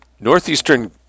Northeastern